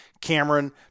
cameron